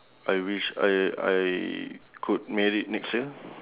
I wish I I could married next year